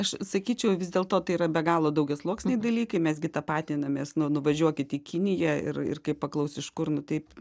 aš sakyčiau vis dėlto tai yra be galo daugiasluoksniai dalykai mes gi tapatinamės nu nuvažiuokit į kiniją ir ir kai paklaus iš kur nu taip